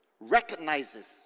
recognizes